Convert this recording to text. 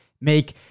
make